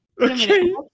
Okay